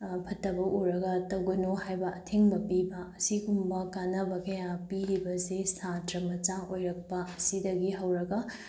ꯐꯠꯇꯕ ꯎꯔꯒ ꯇꯧꯒꯅꯨ ꯍꯥꯏꯕ ꯑꯊꯤꯡꯕ ꯄꯤꯕ ꯑꯁꯤꯒꯨꯝꯕ ꯀꯥꯟꯅꯕ ꯀꯌꯥ ꯄꯤꯔꯤꯕꯁꯤ ꯁꯥꯇ꯭ꯔ ꯃꯆꯥ ꯑꯣꯏꯔꯛꯄ ꯑꯁꯤꯗꯒꯤ ꯍꯧꯔꯒ